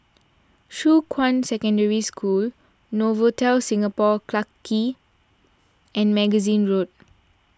Shuqun Secondary School Novotel Singapore Clarke Quay and Magazine Road